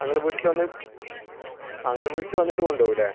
ആ നിങ്ങൾ വീട്ടിൽ വന്ന് ആ നിങ്ങള് വീട്ടില് വന്നിട്ട് കൊണ്ടുപോവുമല്ലേ